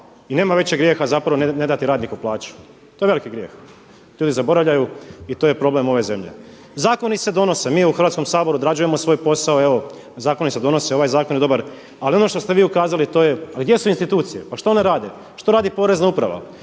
i nema većeg grijeha zapravo ne dati radniku plaću. To je veliki grijeh, to ljudi zaboravljaju i to je problem ove zemlje. Zakoni se donose, mi u Hrvatskom saboru odrađujemo svoj posao, evo, zakoni se donose, ovaj zakon je dobar. Ali ono što ste vi ukazali to je, a gdje su institucije, a što one rade, što radi porezna uprava?